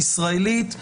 ישראלית,